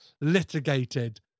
litigated